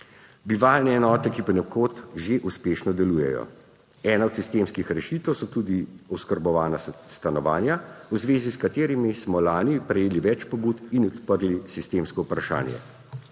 bivalne enote, ki ponekod že uspešno delujejo. Ena od sistemskih rešitev so tudi oskrbovana stanovanja, v zvezi s katerimi smo lani prejeli več pobud in odprli sistemsko vprašanje.